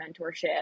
mentorship